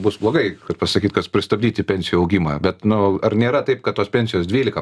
bus blogai kad pasakyt kas pristabdyti pensijų augimą bet nu ar nėra taip kad tos pensijos dvylika